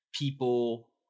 people